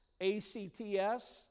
A-C-T-S